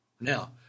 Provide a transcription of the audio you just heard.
Now